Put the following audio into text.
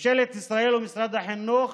ממשלת ישראל ומשרד החינוך